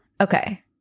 Okay